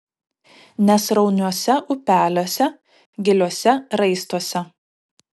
nesrauniuose upeliuose giliuose raistuose